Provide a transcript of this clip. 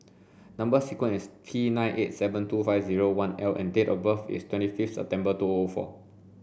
number sequence is T nine eight seven two five zero one L and date of birth is twenty fifth September two O O four